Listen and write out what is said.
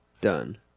Done